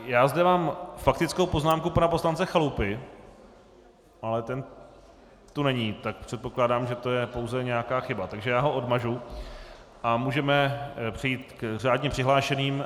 Já zde mám faktickou poznámku pana poslance Chalupy, ale ten tu není, tak předpokládám, že to je pouze nějaká chyba, takže ho odmažu a můžeme přejít k řádně přihlášeným.